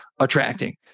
attracting